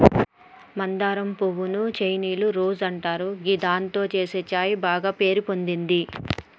మందారం పువ్వు ను చైనీయుల రోజ్ అంటారు గిదాంతో చేసే ఛాయ బాగ పేరు పొందింది